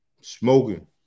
Smoking